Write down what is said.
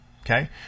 Okay